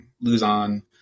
Luzon